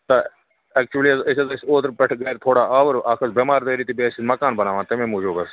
سر actually حظ أسۍ حظ ٲسۍ اوترٕ پٮ۪ٹھ گَرِ تھوڑا آوٕر اَکھ ٲس بٮ۪مار دٲری تہٕ بیٚیہِ ٲسۍ أسۍ مَکان بناوان تمے موٗجوٗب حظ